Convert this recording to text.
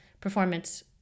performance